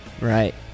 Right